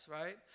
right